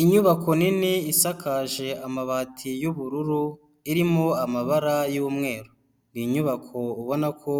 Inyubako nini isakaje amabati y'ubururu irimo amabara y'umweru, iyi nyubako ubona ko